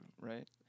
right